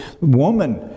woman